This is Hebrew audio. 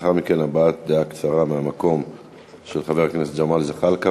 לאחר מכן הבעת דעה קצרה מהמקום של חבר הכנסת ג'מאל זחאלקה,